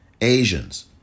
Asians